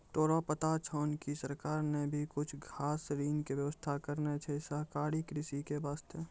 तोरा पता छौं कि सरकार नॅ भी कुछ खास ऋण के व्यवस्था करनॅ छै सहकारी कृषि के वास्तॅ